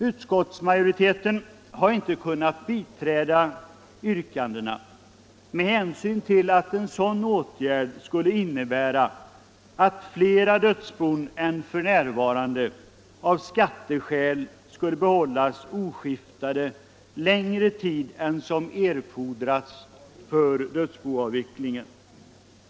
Utskottsmajoriteten har inte kunnat biträda yrkandena med hänsyn till att en sådan åtgärd skulle innebära att flera dödsbon än f. n. av skatteskäl skulle behållas oskiftade längre tid än som erfordras för dödsboavvecklingen.